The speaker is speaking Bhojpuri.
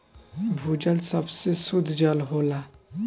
भूजल सबसे सुद्ध जल होला